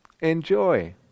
enjoy